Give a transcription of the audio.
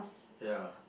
ya